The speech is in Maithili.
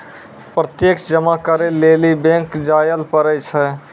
प्रत्यक्ष जमा करै लेली बैंक जायल पड़ै छै